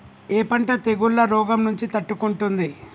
ఏ పంట తెగుళ్ల రోగం నుంచి తట్టుకుంటుంది?